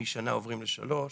שמשנה עוברים לשלוש,